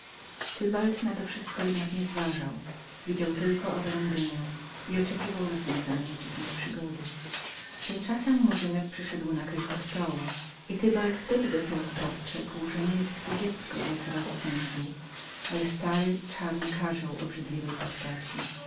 na to wszystko jednak nie zważał widział tylkątylko orlandynę i oczekiwał rozwiązania dziwnej przygody śród tego murzynek przyszedł nakryć do stołu i tybald wtedy dopiero spostrzegł że nie było to dziecko jak z razu sądził ale stary czarny karzeł obrzydliwej postaci